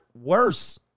worse